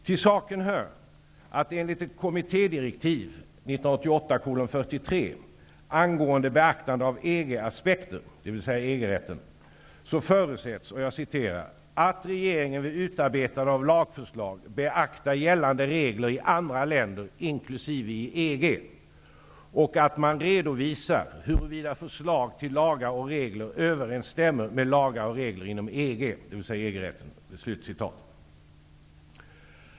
Till saken hör att enligt ett kommittédirektiv, dvs. EG-rätten -- förutsätts ''att regeringen vid utarbetande av lagförslag beaktar gällande regler i andra länder inklusive i EG'' och att man ''redovisar huruvida förslag till lagar och regler överensstämmer med lagar och regler inom EG'', dvs. EG-rätten.